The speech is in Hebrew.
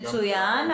מצוין,